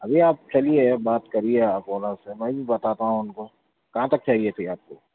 ابھی آپ چلیے بات کریے آپ آنر سے میں بھی بتاتا ہوں اُن کو کہاں تک چاہیے تھی آپ کو